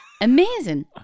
Amazing